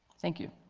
think you.